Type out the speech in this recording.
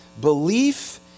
belief